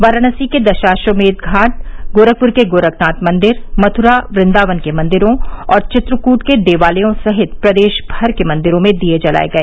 वाराणसी के दशाश्वमेध घाट गोरखपुर के गोरखनाथ मंदिर मथुरा वृंदावन के मंदिरों और चित्रकूट के देवालयों सहित प्रदेश भर के मंदिरों में दीये जलाए गए